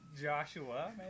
Joshua